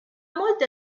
molte